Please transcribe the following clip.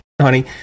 honey